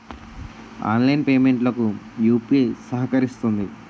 online payment లకు UPI సహకరిస్తుంది